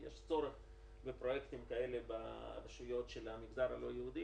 יש גם צורך בפרויקטים כאלה ברשויות של המגזר הלא יהודי,